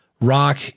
rock